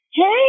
Hey